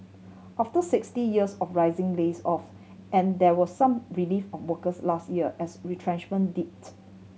after sixty years of rising layoffs and there was some relief of workers last year as retrenchment dipped